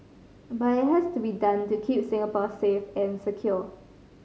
but it has to be done to keep Singapore safe and secure